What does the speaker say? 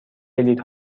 بلیط